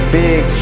big